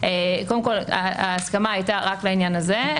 קודם כול ההסכמה הייתה רק לעניין הזה.